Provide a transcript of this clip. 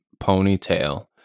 ponytail